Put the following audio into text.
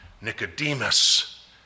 Nicodemus